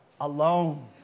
alone